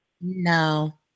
No